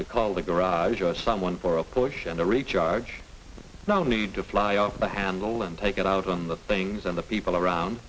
to call the garage or someone for a push in the recharge no need to fly off the handle and take it out on the things and the people around